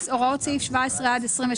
ערן,